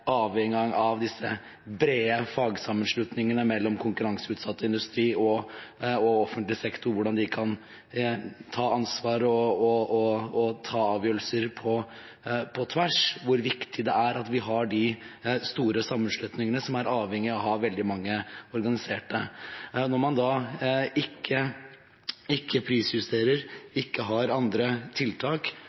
av de brede fagsammenslutningene mellom konkurranseutsatt industri og offentlig sektor, hvordan de kan ta ansvar og ta avgjørelser på tvers, hvor viktig det er at vi har de store sammenslutningene som er avhengige av å ha veldig mange organiserte. Når man da ikke prisjusterer og ikke har andre tiltak,